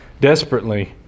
desperately